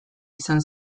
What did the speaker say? izan